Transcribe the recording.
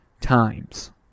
times